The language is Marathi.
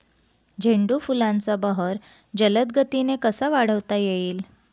झेंडू फुलांचा बहर जलद गतीने कसा वाढवता येईल?